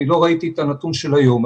לא ראיתי את הנתון של היום,